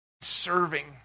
Serving